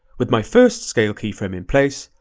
with my first scale keyframe in place,